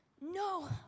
No